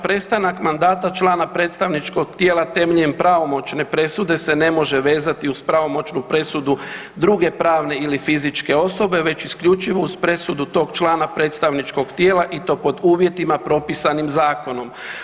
Prestanak mandata člana predstavničkog tijela temeljem pravomoćne presude se ne može vezati uz pravomoćnu presudu druge pravne ili fizičke osobe već isključivo uz presudu tog člana predstavničkog tijela i to pod uvjetima propisanim zakonom.